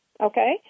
okay